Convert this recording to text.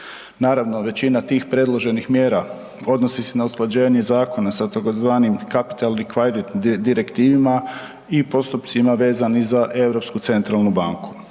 Naravno većina tih predloženih mjera odnosi se na usklađenje zakona sa tzv. kapitalni kvajrit direktivima i postupcima vezani za